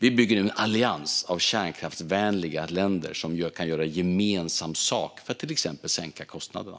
Vi bygger en allians av kärnkraftsvänliga länder, som kan göra gemensam sak för att till exempel sänka kostnaderna.